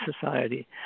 Society